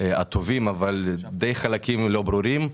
הטובים אבל די חלקים לא ברורים.